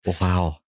Wow